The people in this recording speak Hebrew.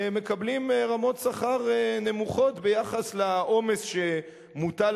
מקבלים רמות שכר נמוכות ביחס לעומס שמוטל